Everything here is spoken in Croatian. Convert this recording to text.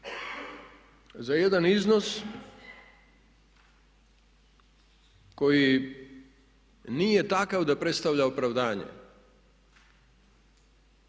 Za jedan iznos koji nije takav da predstavlja opravdanje